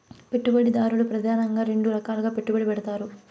పెట్టుబడిదారులు ప్రెదానంగా రెండు రకాలుగా పెట్టుబడి పెడతారు